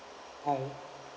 bye